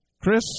Chris